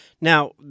Now